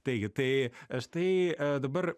taigi tai štai dabar